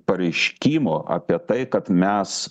pareiškimų apie tai kad mes